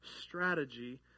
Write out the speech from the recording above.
strategy